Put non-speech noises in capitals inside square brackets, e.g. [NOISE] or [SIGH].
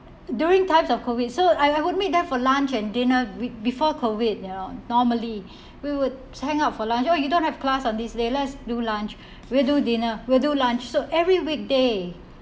during times of COVID so I I would meet them for lunch and dinner be~ before COVID you know normally [BREATH] we would hang out for lunch oh you don't have class on this day let's do lunch we'll do dinner we'll do lunch so every weekday